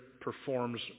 performs